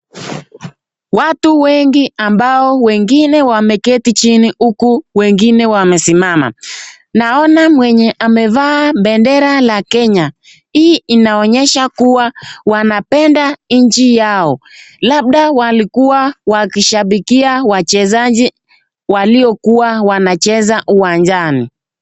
Watu wengi ambao wengine wameketi chini huku wengine wamesimama. Naona mwenye amevaa bendera la kenya hii inaonyesha kuwa wanapenda nchi yao labda walikuwa wakishabikia wachezaji waliokuwa wanacheza uwanjani.